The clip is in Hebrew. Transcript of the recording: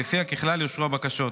שלפיה ככלל יאושרו הבקשות.